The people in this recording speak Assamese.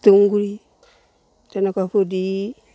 তুঁহ গুৰি তেনেকুৱাবোৰ দি